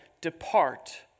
depart